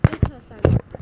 err this was sun